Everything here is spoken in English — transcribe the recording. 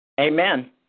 Amen